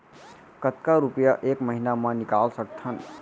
कतका रुपिया एक महीना म निकाल सकथन?